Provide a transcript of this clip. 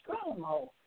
stronghold